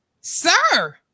Sir